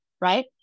right